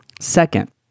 Second